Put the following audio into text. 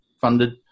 funded